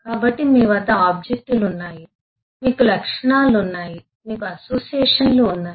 కాబట్టి మీ వద్ద ఆబ్జెక్ట్ లు ఉన్నాయి మీకు లక్షణాలు ఉన్నాయి మీకు అసోసియేషన్లు ఉన్నాయి